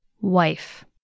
wife